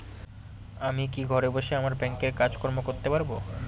আমি কি ঘরে বসে আমার ব্যাংকের কাজকর্ম করতে পারব?